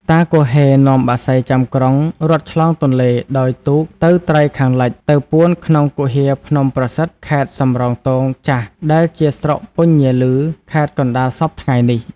តាហ៊េនាំបក្សីចាំក្រុងរត់ឆ្លងទនេ្លដោយទូកទៅត្រើយខាងលិច ទៅពួន ក្នុងគុហាភ្នំប្រសិទ្ធិខេត្តសំរោងទងចាស់ ដែលជាស្រុកពញាឭ ខេត្តកណ្តាល សព្វថៃ្ងនេះ។